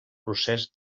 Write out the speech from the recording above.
procés